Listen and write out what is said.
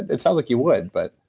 it sounds like you would, but.